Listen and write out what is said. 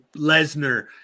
Lesnar